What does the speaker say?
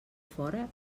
fora